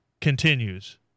continues